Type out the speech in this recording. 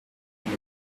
than